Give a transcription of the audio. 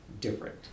different